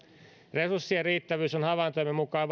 resurssien riittävyys on havaintojemme mukaan